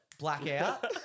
blackout